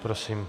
Prosím.